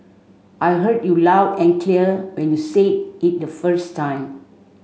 I heard you loud and clear when you said it the first time